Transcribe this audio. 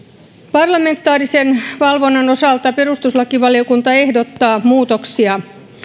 parlamentaarisen valvonnan osalta perustuslakivaliokunta ehdottaa muutoksia